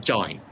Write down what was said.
Join